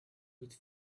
with